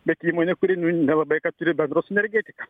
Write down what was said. bet įmonė kuri nelabai ką turi bendro su energetika